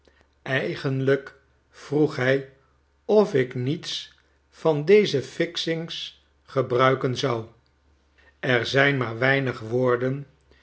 eigenlijk vroeg hij of ik niets van deze fixings gebruiken zou er zijn maar weinig woorden